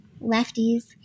lefties